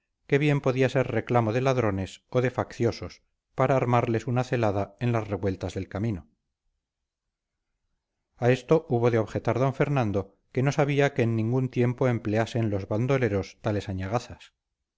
que bien podía ser reclamo de ladrones o de facciosos para armarles una celada en las revueltas del camino a esto hubo de objetar d fernando que no sabía que en ningún tiempo empleasen los bandoleros tales añagazas